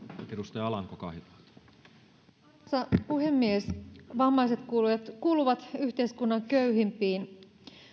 arvoisa puhemies vammaiset kuuluvat yhteiskunnan köyhimpiin